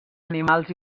animals